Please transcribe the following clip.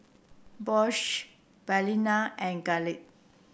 Bosch Balina and Gillette